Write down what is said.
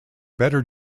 better